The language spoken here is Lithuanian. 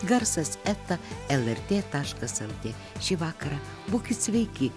garsas eta lrt taškas lt šį vakarą būkit sveiki